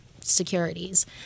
securities